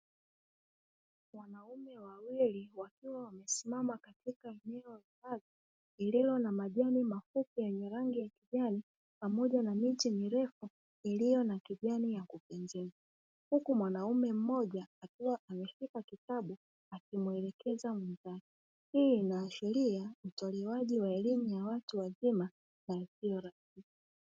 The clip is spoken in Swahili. Wanaume wawili wakiwa wamesimama katika eneo la kazi lililo na majani mafupi yenye rangi ya kijani, pamoja na miti mirefu iliyo na kijani ya kupendeza. Huku mwanaume mmoja akiwa ameshika kitabu akimwelekeza mzazi. Hii inaashiria utolewaji wa elimu ya watu wazima na isiyo rasmi.